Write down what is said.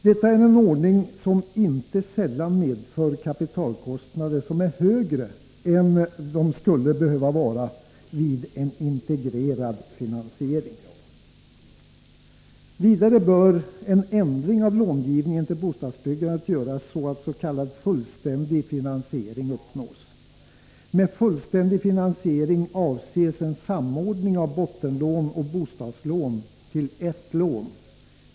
Detta är en ordning som inte sällan medför kapitalkostnader som är högre än de skulle behöva vara vid en integrerad finansiering. Vidare bör en ändring av långivningen till bostadsbyggandet göras så att s.k. fullständig finansiering uppnås. Med fullständig finansiering avses en samordning av bottenlån och bostadslån till ett lån.